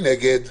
מי נגד?